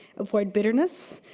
avoid bitterness,